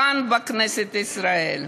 כאן בכנסת ישראל.